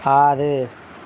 ஆறு